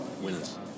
winners